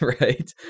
right